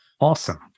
Awesome